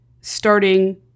Starting